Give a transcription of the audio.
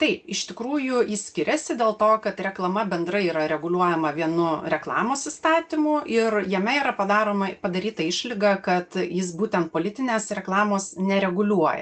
taip iš tikrųjų jis skiriasi dėl to kad reklama bendrai yra reguliuojama vienu reklamos įstatymu ir jame yra padaroma padaryta išlyga kad jis būtent politinės reklamos nereguliuoja